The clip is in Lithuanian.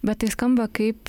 bet tai skamba kaip